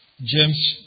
James